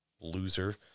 loser